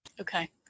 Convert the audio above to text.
Okay